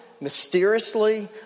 mysteriously